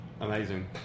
Amazing